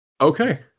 okay